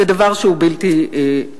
זה דבר שהוא בלתי נתפס.